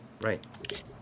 Right